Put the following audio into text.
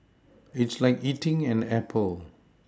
it's like eating an Apple